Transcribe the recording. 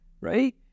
right